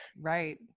Right